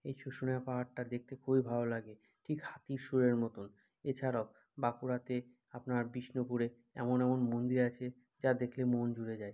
এই শুশুনিয়া পাহাড়টা দেখতে খুবই ভালো লাগে ঠিক হাতির শুঁড়ের মতোন এছাড়াও বাঁকুড়াতে আপনার বিষ্ণুপুরে এমন এমন মন্দির আছে যা দেখলে মন জুড়ে যায়